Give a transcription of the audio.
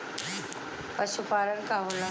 पशुपलन का होला?